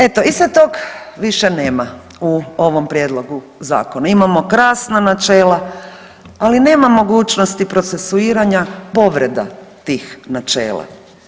Eto i sa tog više nema u ovom prijedlogu zakona, imamo krasna načela, ali nema mogućnosti procesuiranja povreda tih načela.